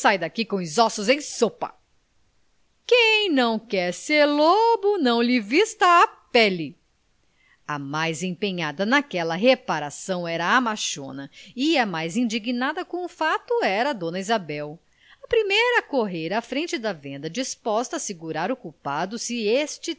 daqui com os ossos em sopa quem não quer ser loto não lhe vista a pele a mais empenhada naquela reparação era a machona e a mais indignada com o fato era a dona isabel a primeira correra à frente da venda disposta a segurar o culpado se este